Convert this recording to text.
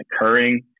occurring